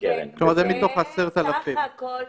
השטח אומר שיש הקשחה מצד הבנקים בשני